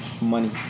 Money